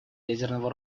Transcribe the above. ядерного